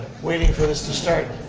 waiting for this to start,